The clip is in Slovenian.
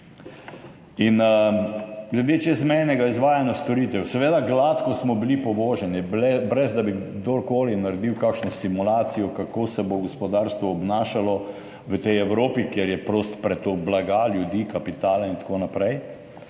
Glede čezmejnega izvajanja storitev. Seveda smo bili gladko povoženi, brez da bi kdor koli naredil kakšno simulacijo, kako se bo gospodarstvo obnašalo v tej Evropi, kjer je prost pretok blaga, ljudi, kapitala in tako naprej.